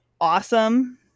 awesome